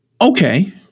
okay